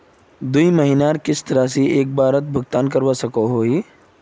दुई महीनार किस्त राशि एक बारोत भुगतान करवा सकोहो ही?